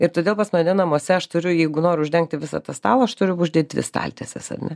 ir todėl pas mane namuose aš turiu jeigu noriu uždengti visą tą stalą aš turiu uždėt staltieses ar ne